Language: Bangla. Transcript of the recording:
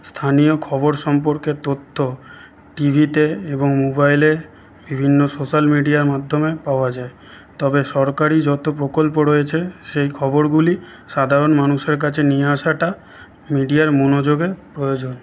স্থানীয় খবর সম্পর্কে তথ্য টিভিতে এবং মোবাইলে বিভিন্ন সোশ্যাল মিডিয়ার মাধ্যমে পাওয়া যায় তবে সরকারি যত প্রকল্প রয়েছে সেই খবরগুলি সাধারণ মানুষের কাছে নিয়ে আসাটা মিডিয়ার মনোযোগের প্রয়োজন